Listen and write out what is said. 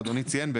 ואדוני ציין,